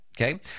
Okay